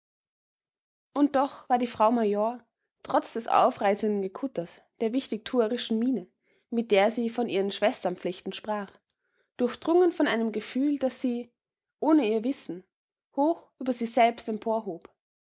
und doch war die frau major trotz des aufreizenden gekutters der wichtigtuerischen miene mit der sie von ihren schwesternpflichten sprach durchdrungen von einem gefühl das sie ohne ihr wissen hoch über sie selbst